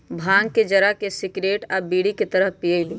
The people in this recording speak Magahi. भांग के जरा के सिगरेट आ बीड़ी के तरह पिअईली